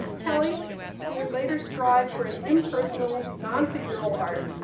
kelly who would later strive for an impersonal, non figural art,